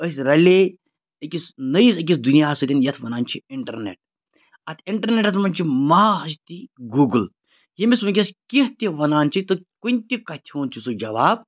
أسۍ رَلے أکِس نٔیِس أکِس دُنیاہَس سۭتۍ یَتھ وَنان چھِ اِنٹَرنیٚٹ اَتھ اِنٹَرنیٚٹَس منٛز چھِ مہا ہستی گوٗگٕل ییٚمِس وٕنکیٚس کینٛہہ تہِ وَنان چھِ تہٕ کُنہِ تہِ کَتھِ ہیوٚن چھُ سُہ جواب